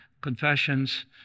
confessions